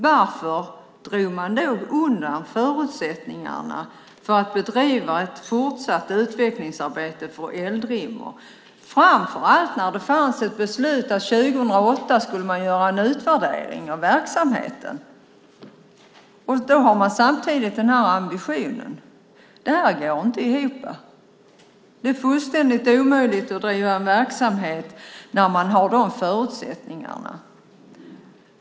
Varför drog man då undan förutsättningarna för att bedriva ett fortsatt utvecklingsarbete för Eldrimner, framför allt när det fanns ett beslut om att det skulle göras en utvärdering av verksamheten i slutet av 2008? Då har man samtidigt den här ambitionen. Det går inte ihop. Det är fullständigt omöjligt att bedriva en verksamhet med de här förutsättningarna.